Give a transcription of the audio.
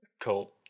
Cool